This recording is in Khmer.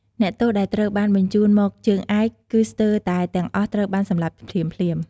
អ្នកទោសដែលត្រូវបានបញ្ជូនមកជើងឯក គឺស្ទើរតែទាំងអស់ត្រូវបានសម្លាប់ភ្លាមៗ។